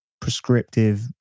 prescriptive